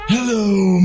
Hello